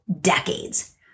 decades